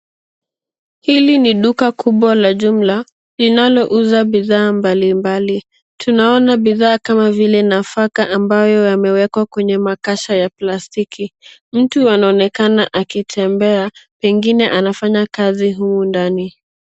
Hili ni duka kubwa la jumla linalouza bidhaa mbalimbali. Tunaona bidhaa kama vile nafaka ambayo yamewekwa kwenye makasha ya plastiki. Mtu anaonekana akitembea pengine anafanya kazi humu ndani.